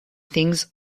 things